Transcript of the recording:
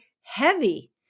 heavy